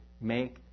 make